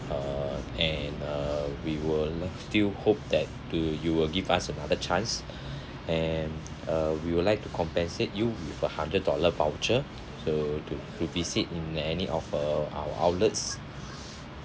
uh and uh we will still hope that to you will give us another chance and uh we would like to compensate you with a hundred dollar voucher so to to visit in any of uh our outlets